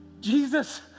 Jesus